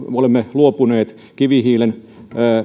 me olemme luopuneet kivihiilen